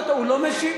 למה לא משיב?